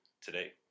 today